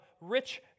rich